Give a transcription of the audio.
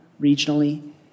regionally